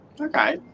Okay